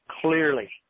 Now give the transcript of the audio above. clearly